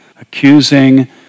accusing